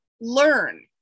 learn